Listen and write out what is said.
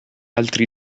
altri